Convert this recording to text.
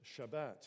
Shabbat